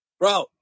Bro